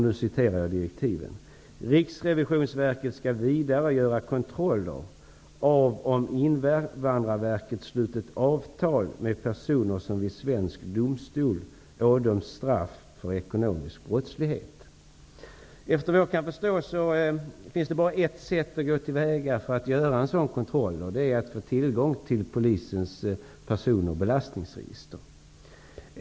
Jag citerar direktiven: Riksrevisionsverket skall vidare göra kontroller av om Invandrarverket slutit avtal med personer som i svensk domstol ådömts straff för ekonomisk brottslighet. Vad jag kan förstå finns det bara ett sätt att gå till väga för att göra en sådan kontroll. Det är att få tillgång till polisens personoch belastningsregister.